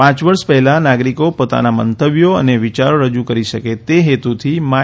પાંચ વર્ષ પહેલા નાગરિકો પોતાના મંતવ્યો અને વિચારો રજુ કરી શકે તે હેતુથી માય